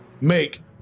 make